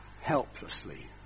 helplessly